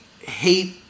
hate